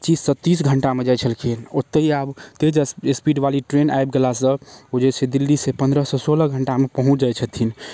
पच्चीस सँ तीस घण्टामे जाइत छलखिन ओतेक आब तेज स्पीड बाली ट्रेन आबि गेलासँ ओ जे छै दिल्लीसँ पन्द्रह से सोलह घण्टामे पहुँच जाइ छथिन